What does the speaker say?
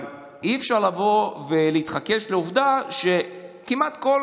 אבל אי-אפשר לבוא ולהתכחש לעובדה שכמעט כל